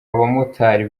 abamotari